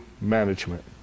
management